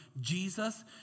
Jesus